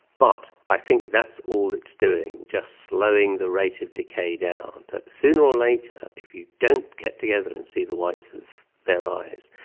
but i think that's all it's doing, just slowing the rate of decay down, that sooner or later if you don't get together and see the whites of their eyes,